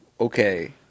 okay